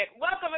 Welcome